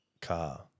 car